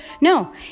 No